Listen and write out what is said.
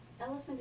Elephant